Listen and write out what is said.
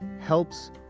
helps